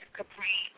Capri